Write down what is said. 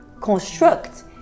construct